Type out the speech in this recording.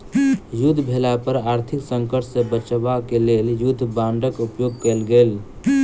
युद्ध भेला पर आर्थिक संकट सॅ बचाब क लेल युद्ध बांडक उपयोग कयल गेल